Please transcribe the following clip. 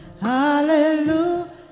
hallelujah